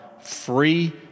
free